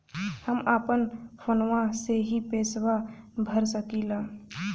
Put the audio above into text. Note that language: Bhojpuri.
हम अपना फोनवा से ही पेसवा भर सकी ला?